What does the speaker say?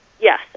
yes